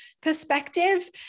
perspective